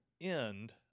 end